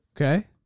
Okay